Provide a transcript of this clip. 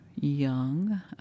young